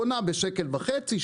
קונה בשקל וחצי,